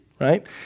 Right